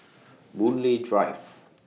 Boon Lay Drive